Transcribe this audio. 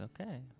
Okay